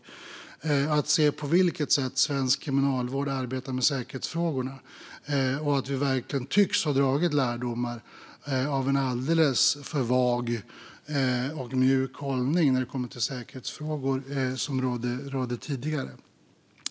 Det gläder mig storligen att se på vilket sätt svensk kriminalvård arbetar med säkerhetsfrågorna och att vi verkligen tycks ha dragit lärdomar av den alldeles för vaga och mjuka hållning i säkerhetsfrågor som rådde tidigare.